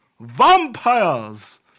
Vampires